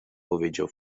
powiedział